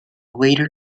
later